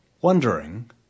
Wondering